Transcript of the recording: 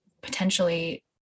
potentially